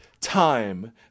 time